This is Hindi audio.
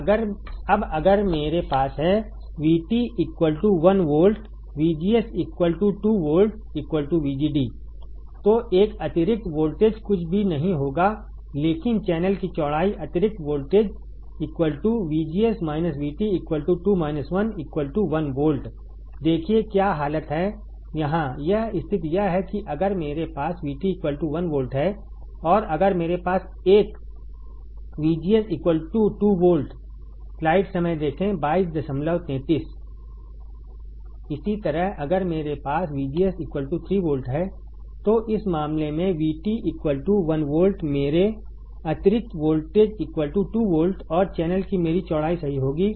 अब अगर मेरे पास है VT 1 volt VGS 2 volt VGD तो एक अतिरिक्त वोल्टेज कुछ भी नहीं होगा लेकिन चैनल की चौड़ाई अतिरिक्त वोल्टेज VGS VT 2 - 1 1 volt देखिए क्या हालत है यहां यहां स्थिति यह है कि अगर मेरे पास VT 1 वोल्ट है और अगर मेरे पास एक VGS 2 volt इसी तरह अगर मेरे पास VGS 3 वोल्ट है तो इस मामले में VT 1 वोल्ट मेरे अतिरिक्त वोल्टेज 2 वोल्ट और चैनल की मेरी चौड़ाई सही होगी